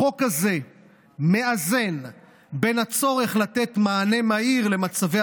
החוק הזה מאזן בין הצורך לתת מענה מהיר למצבי